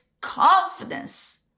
confidence